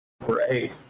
Right